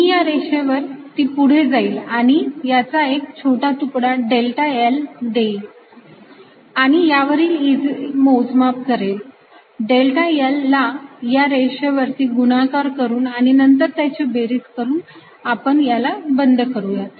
मी या रेषेवर ती पुढे जाईल आणि याचा एक छोटा तुकडा डेल्टा I घेईल आणि यावरील E चे मोजमाप करेल डेल्टा I ला या रेषेवरती गुणाकार करून आणि नंतर त्यांची बेरीज करून आपण याला बंद करूयात